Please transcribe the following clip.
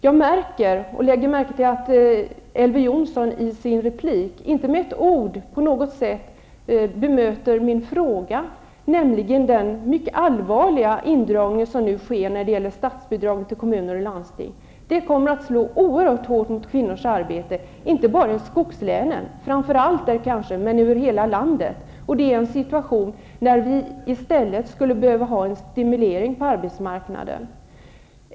Jag lade märke till att Elver Jonsson i sin replik inte med ett ord bemötte min fråga om den mycket allvarliga indragning som nu sker av statsbidragen till kommuner och landsting. Det kommer att slå oerhört hårt mot kvinnors arbete, inte bara i skogslänen, även om det slår hårdast mot kvinnorna där, utan över hela landet, och det i en situation då vi i stället skulle behöva ha en stimulering av arbetsmarknaden.